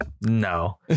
no